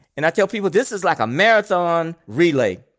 and i tell people this is like a marathon relay.